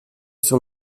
sur